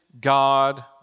God